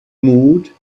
mood